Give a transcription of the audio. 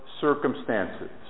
circumstances